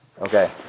Okay